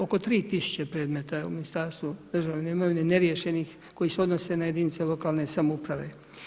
Oko 3000 predmeta u Ministarstvu državne imovine neriješenih koji se odnose na jedinice lokalne samouprave.